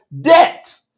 debt